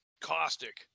caustic